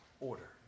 order